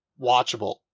watchable